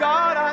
God